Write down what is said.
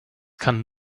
kann